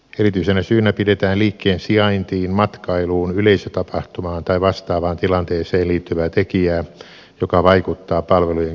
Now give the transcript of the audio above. erityisenä syynä pidetään liikkeen sijaintiin matkailuun yleisötapahtumaan tai vastaavaan tilanteeseen liittyvää tekijää joka vaikuttaa palvelujen kysyntään